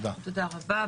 תודה רבה.